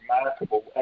remarkable